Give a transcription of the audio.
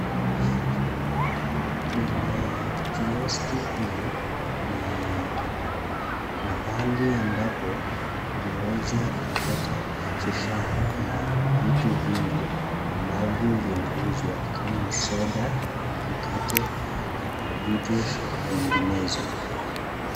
Kwenye kioski hii ni mahali ambapo panaweza kupata viifaa na vitu vingi ambavyo vinauzwa kama soda, mkate na vitu vinginezo.